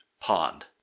pond